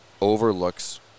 overlooks